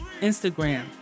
Instagram